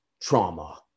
trauma